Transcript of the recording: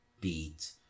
beat